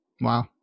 wow